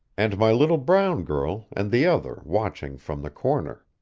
and my little brown girl, and the other, watching from the corner.